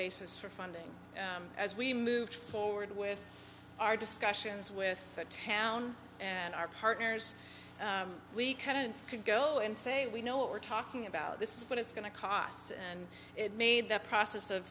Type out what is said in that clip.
basis for funding as we moved forward with our discussions with the town and our partners we could go and say we know what we're talking about this is what it's going to cost and it made the process of